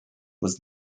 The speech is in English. was